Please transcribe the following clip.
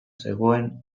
zegoen